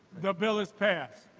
the bill is passed.